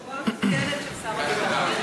תשובה מצוינת של שר הביטחון.